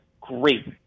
great